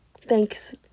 thanks